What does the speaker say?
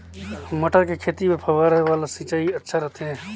मटर के खेती बर फव्वारा वाला सिंचाई अच्छा रथे?